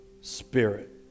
spirit